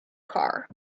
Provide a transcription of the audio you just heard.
car